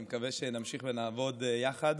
אני מקווה שנמשיך ונעבוד יחד.